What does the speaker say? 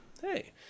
Hey